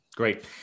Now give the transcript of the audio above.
Great